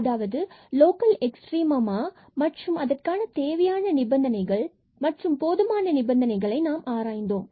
அதாவது local extrema மற்றும் அதற்கான தேவையான நிபந்தனைகள் மற்றும் போதுமான நிபந்தனைகளை நாம் ஆராய்ந்தோம்